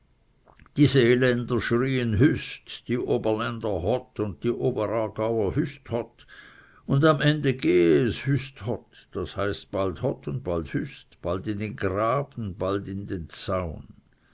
die seeländer schrien hüst die oberländer hott und die oberaargauer hüsthott und am ende gehe es hüsthott das heißt bald hott und bald hüst bald in den graben bald in den zaun